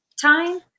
Time